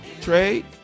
Trade